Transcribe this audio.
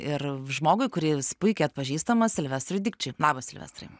ir žmogui kuris puikiai atpažįstamas silvestrui dikčiui labas silvestrai